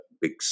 big